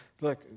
look